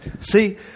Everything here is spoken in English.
See